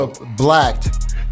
Blacked